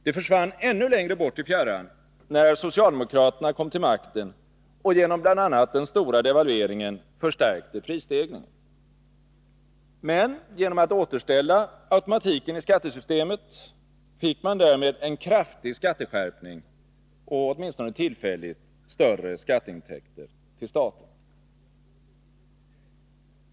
Det försvann ännu längre bort i fjärran, när socialdemokraterna kom till makten och genom bl.a. den stora devalveringen förstärkte prisstegringen. Men genom att återställa automatiken i skattesystemet fick man därmed en kraftig skatteskärpning och — åtminstone tillfälligt — större skatteintäkter till staten.